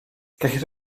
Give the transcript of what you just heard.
gellir